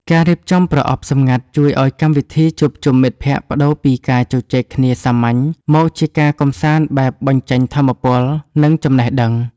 ការរៀបចំប្រអប់សម្ងាត់ជួយឱ្យកម្មវិធីជួបជុំមិត្តភក្តិប្ដូរពីការជជែកគ្នាសាមញ្ញ មកជាការកម្សាន្តបែបបញ្ចេញថាមពល និងចំណេះដឹង។